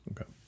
okay